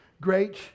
Great